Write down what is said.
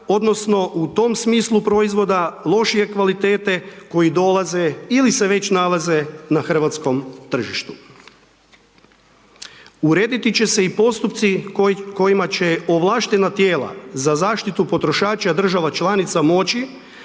odnosno u tom smislu proizvoda lošije kvalitete koji dolaze ili se već nalaze na hrvatskom tržištu. Urediti će se i postupci kojima će ovlaštena tijela za zaštitu potrošača država članica moći